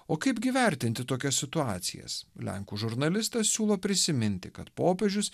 o kaipgi vertinti tokias situacijas lenkų žurnalistas siūlo prisiminti kad popiežius